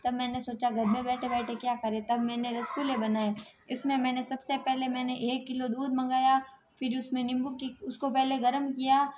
तब मैंने सोचा घर में बैठे बैठे क्या करें तब मैंने रसगुल्ले बनाए इसमें मैंने सबसे पहले मैंने एक किलो दूध मंगाया फिर उसमें नींबू की उसको पहले गरम किया